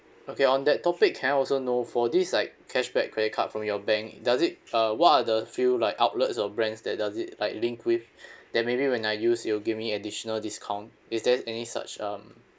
okay on that topic can I also know for this like cashback credit card from your bank does it uh what are the few like outlets or brands that does it like link with then maybe when I use it will give me additional discount is there any such um